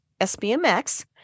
SBMX